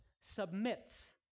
submits